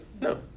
No